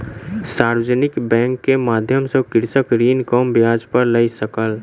सार्वजानिक बैंक के माध्यम सॅ कृषक ऋण कम ब्याज पर लय सकल